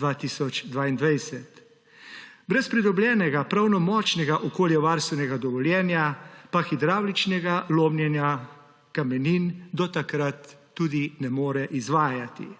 2022. Brez pridobljenega pravnomočnega okoljevarstvenega dovoljenja pa hidravličnega lomljenja kamenin do takrat tudi ne more izvajati.